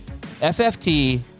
FFT